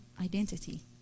identity